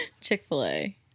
Chick-fil-A